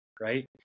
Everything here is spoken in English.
right